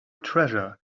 treasure